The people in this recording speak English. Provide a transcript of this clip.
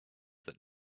that